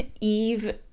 Eve